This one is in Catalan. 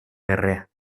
guerrer